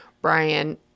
Brian